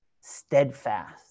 Steadfast